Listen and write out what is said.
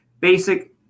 basic